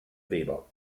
weber